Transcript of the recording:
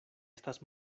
estas